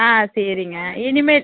ஆ சரிங்க இனிமேல்